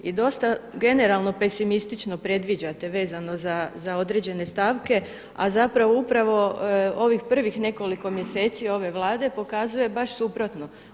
I dosta generalno pesimistično predviđate vezano za određene stavke, a zapravo upravo ovih prvih nekoliko mjeseci ove Vlade pokazuje baš suprotno.